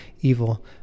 evil